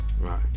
Right